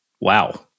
Wow